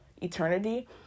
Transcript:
eternity